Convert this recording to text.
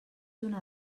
una